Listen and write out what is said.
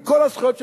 עם כל הזכויות,